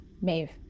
maeve